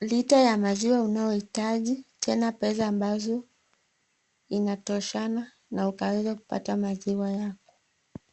lita ya maziwa unayohitaji tena pesa ambazo inatoshana na ukaweze kupata maziwa yako.